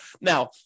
Now